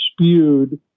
spewed